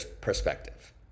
perspective